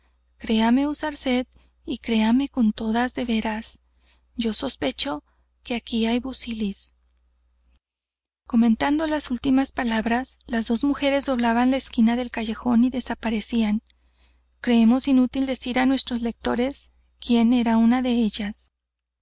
créame usarced y créame con todas veras yo sospecho que aquí hay busilis comentando las últimas palabras las dos mujeres doblaban la esquina del callejón y desaparecían creemos inútil decir á nuestros lectores quién era una de ellas